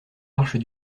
marches